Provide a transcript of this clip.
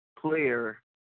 player